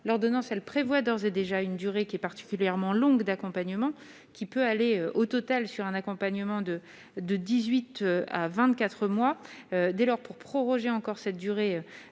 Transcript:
l'ordonnance, elle prévoit d'ores et déjà une durée qui est particulièrement longue d'accompagnement qui peut aller au total sur un accompagnement de de 18 à 24 mois dès lors pour proroger encore cette durée